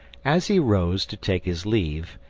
as he rose to take his leave,